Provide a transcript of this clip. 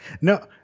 No